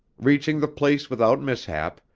reaching the place without mishap,